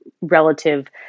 relative